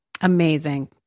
Amazing